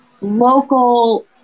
local